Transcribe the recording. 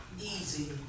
easy